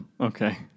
Okay